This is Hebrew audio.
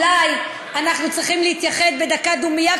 אולי אנחנו צריכים להתייחד בדקת דומייה,